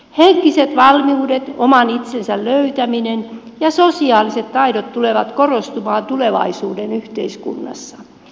henkiset valmiudet oman itsensä löytäminen ja sosiaaliset taidot tulevat korostumaan tulevaisuuden yhteiskunnassa